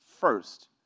first